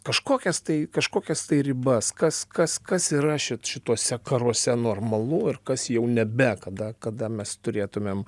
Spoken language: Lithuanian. kažkokias tai kažkokias tai ribas kas kas kas yra šit šituose karuose normalu ir kas jau nebe kada kada mes turėtumėm